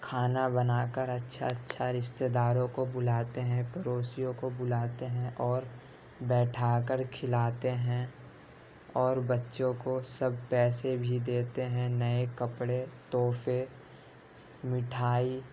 کھانا بنا کر اچھا اچھا رشتےداروں کو بلاتے ہیں پڑوسیوں کو بلاتے ہیں اور بیٹھا کر کھلاتے ہیں اور بچّوں کو سب پیسے بھی دیتے ہیں نئے کپڑے تحفے مٹھائی